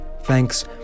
thanks